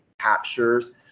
captures